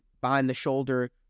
behind-the-shoulder